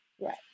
right